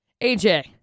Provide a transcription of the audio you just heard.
AJ